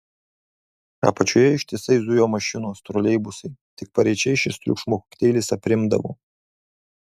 apačioje ištisai zujo mašinos troleibusai tik paryčiais šis triukšmo kokteilis aprimdavo